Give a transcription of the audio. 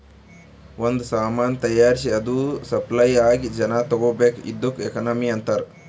ಒಂದ್ ಸಾಮಾನ್ ತೈಯಾರ್ಸಿ ಅದು ಸಪ್ಲೈ ಆಗಿ ಜನಾ ತಗೋಬೇಕ್ ಇದ್ದುಕ್ ಎಕನಾಮಿ ಅಂತಾರ್